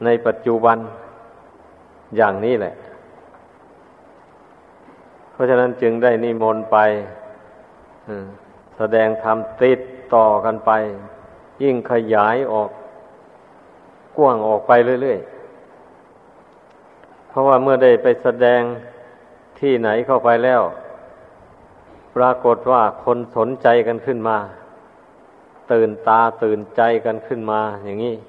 ในปัจจุบันอย่างนี้แหละ เพราะฉะนั้นจึงได้นิมนต์ไป อืม แสดงธรรมติดต่อกันไป ยิ่งขยายออกกว้างออกไปเรื่อยๆ เพราะว่าเมื่อได้ไปแสดงที่ไหนเข้าไปแล้ว ปรากฏว่าคนสนใจกันขึ้นมา ตื่นตาตื่นใจกันขึ้นมาอย่างนี้